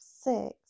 six